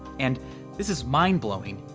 and this is mind blowing,